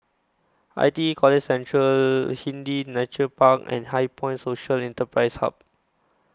I T E College Central Hindhede Nature Park and HighPoint Social Enterprise Hub